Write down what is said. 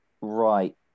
Right